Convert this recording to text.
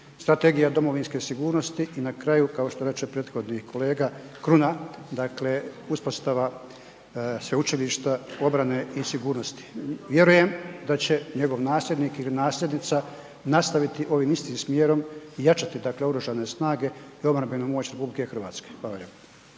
Strategija domovinske sigurnosti i na kraju kao što reče prethodnik kolega, kruna dakle, uspostava Sveučilišta obrane i sigurnosti. Vjerujem da će njegov nasljednik ili nasljednica nastaviti ovim istim smjerom i jačati dakle Oružane snage i obrambenu moć RH. Hvala lijepo.